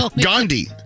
Gandhi